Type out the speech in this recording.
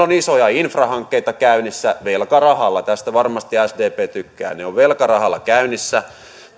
on isoja infrahankkeita käynnissä velkarahalla tästä varmasti sdp tykkää ne ovat velkarahalla käynnissä